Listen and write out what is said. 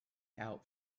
out